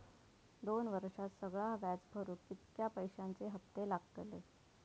दोन वर्षात सगळा व्याज भरुक कितक्या पैश्यांचे हप्ते लागतले?